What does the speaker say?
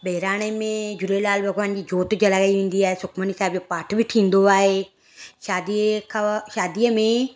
बहिराणे में झूलेलाल भॻिवान जी जोत जलाईं वेंदी आहे सुखमनी साहिब जो पाठ बि थींदो आहे शादी ये खव शादीअ में ई